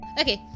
Okay